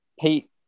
Pete